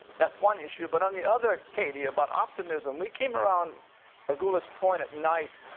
that's one issue, but on the other, katy, about optimism. we came around agulhas point at night,